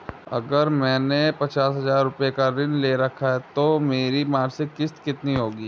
अगर मैंने पचास हज़ार रूपये का ऋण ले रखा है तो मेरी मासिक किश्त कितनी होगी?